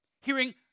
hearing